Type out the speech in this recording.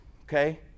okay